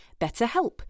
BetterHelp